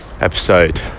episode